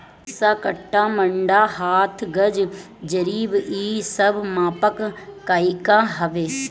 बिस्सा, कट्ठा, मंडा, हाथ, गज, जरीब इ सब मापक इकाई हवे